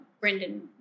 Brendan